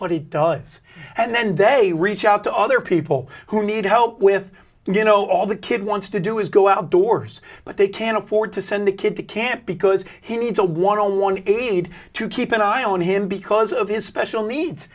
but it does and then day reach out to other people who need help with you know all the kid wants to do is go outdoors but they can't afford to send the kid to camp because he needs a one on one aide to keep an eye on him because of his special needs